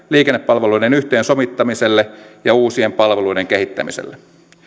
liikennepalveluiden yhteensovittamiselle ja uusien palveluiden kehittämiselle